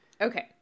Okay